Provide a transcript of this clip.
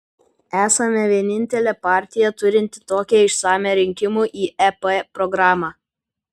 esame vienintelė partija turinti tokią išsamią rinkimų į ep programą